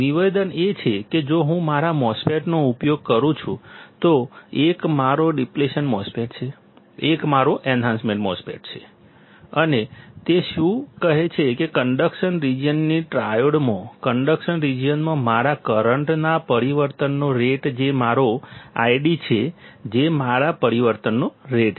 નિવેદન એ છે કે જો હું મારા MOSFET નો ઉપયોગ કરું છું તો 1 મારો ડીપ્લેશન MOSFET છે 1 મારો એન્હાન્સમેન્ટ MOSFET છે અને તે શું કહે છે કે કન્ડક્શન રિજિયનની ટ્રાયોડમાં કન્ડક્શન રિજિયનમાં મારા કરંટના પરિવર્તનનો રેટ જે મારો ID છે જે મારા પરિવર્તનનો રેટ છે